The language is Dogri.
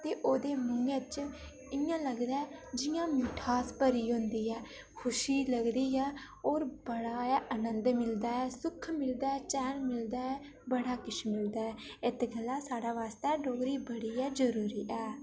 ते ओह्दे मूहैं च इ'यां लगदा ऐ जि'यां मिठास भरी होंदी ऐ खुशी लगदी ऐ और बड़ा गै आनंद मिलदा ऐ सुख मिलदा ऐ चैन मिलदा ऐ बड़ा किश मिलदा ऐ इत्त गल्ला साढ़े आस्तै डोगरी बड़ी गै जरूरी ऐ